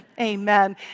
amen